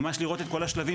ממש לראות את כל השלבים,